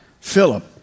Philip